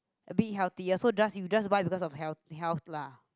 a bit healthier so just you just buy because of health health lah